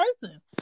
person